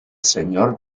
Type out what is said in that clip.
señor